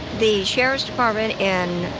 the sheriff's department and.